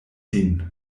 sin